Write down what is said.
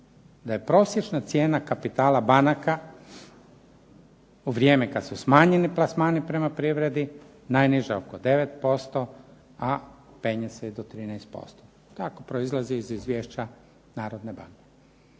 da je prosječna cijena kapitala banaka u vrijeme kad su smanjeni plasmani prema privredi, najniža oko 9%, a penje se i do 13%. Tako proizlazi iz izvješća Narodne banke.